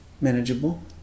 manageable